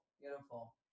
beautiful